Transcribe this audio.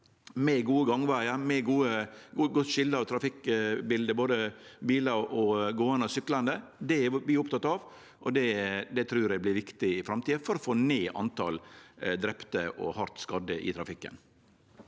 med gode gangvegar og godt skilje av trafikkbildet, både for bilar, gåande og syklande. Det er vi opptekne av, og det trur eg vert viktig i framtida for å få ned antal drepne og hardt skadde i trafikken.